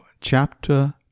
Chapter